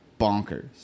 bonkers